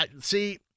See